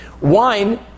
Wine